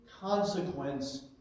consequence